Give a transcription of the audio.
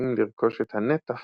מצליחים לרכוש את הנתח